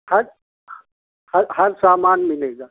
हर हर सामान मिलेगा